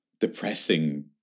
depressing